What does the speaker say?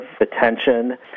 attention